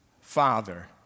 father